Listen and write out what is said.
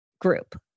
group